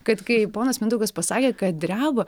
kad kai ponas mindaugas pasakė kad dreba